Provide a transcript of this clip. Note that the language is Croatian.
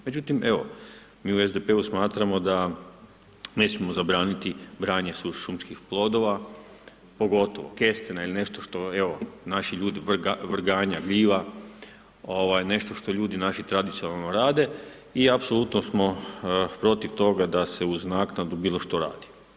Međutim, evo mi u SDP-u smatramo da ne smijemo zabraniti branje šumskih plodova, pogotovo kestena ili nešto što, evo, naši ljudi, vrganja, gljiva, nešto što ljudi naši tradicionalno rade i apsolutno smo protiv toga da se uz naknadu bilo što radi.